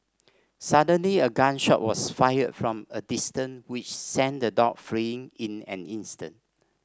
suddenly a gun shot was fired from a distance which sent the dog fleeing in an instant